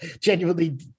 genuinely